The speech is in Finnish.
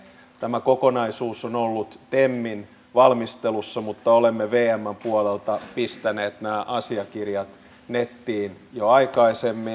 tämä kokonaisuus on ollut temin valmistelussa mutta olemme vmn puolelta pistäneet nämä asiakirjat nettiin jo aikaisemmin